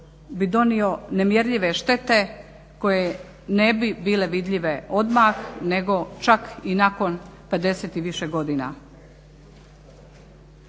bi donio nemjerljive štete koje ne bi bile vidljive odmah nego čak i nakon 50 i više godina.I